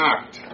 Act